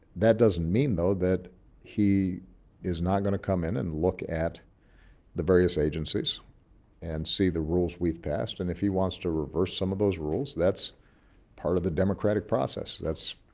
that doesn't mean, though, that he is not going to come in and look at the various agencies and see the rules we've passed and if he wants to reverse some of those rules, that's part of the democratic process. that's,